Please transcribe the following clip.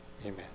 Amen